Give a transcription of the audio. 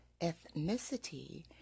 ethnicity